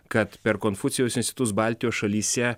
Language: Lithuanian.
kad per konfucijaus institutus baltijos šalyse